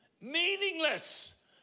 meaningless